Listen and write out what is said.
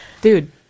dude